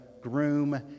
groom